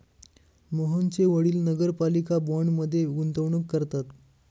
मोहनचे वडील नगरपालिका बाँडमध्ये गुंतवणूक करतात